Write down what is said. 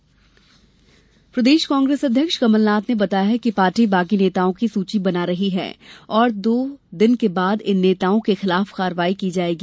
कांग्रेस बागी प्रदेश कांग्रेस अध्यक्ष कमलनाथ ने बताया कि पार्टी बागी नेताओं की सूची बना रही है और दो दिन के बाद इन नेताओं के खिलाफ कार्यवाही की जायेगी